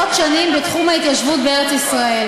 מוכחת מזה עשרות שנים בתחום ההתיישבות בארץ-ישראל.